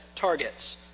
targets